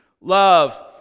love